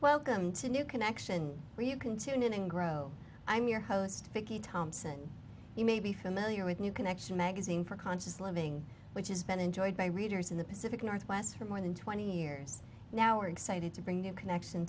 welcome to new connection where you can tune in and grow i'm your host vicky thompson you may be familiar with new connection magazine for conscious living which has been enjoyed by readers in the pacific northwest for more than twenty years now are excited to bring their connection